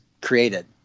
created